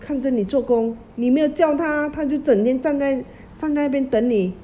看着你做工你没有叫他他就整天站在站在那边等你